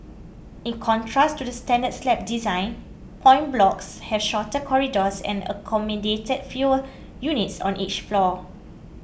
in contrast to the standard slab design point blocks had shorter corridors and accommodated fewer units on each floor